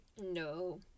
No